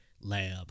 lab